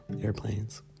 airplanes